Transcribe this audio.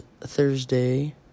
Thursday